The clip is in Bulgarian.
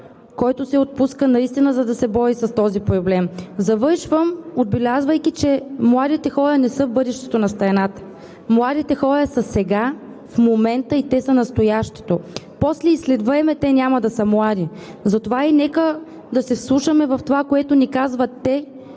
който се отпуска, за да се бори наистина с този проблем. Завършвам, отбелязвайки, че младите хора не са бъдещето на страната. Младите хора са сега, в момента, и те са настоящето. После и след време те няма да са млади. Нека да се вслушаме в това, което ни казват те,